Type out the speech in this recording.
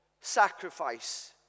sacrifice